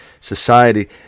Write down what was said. society